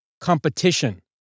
competition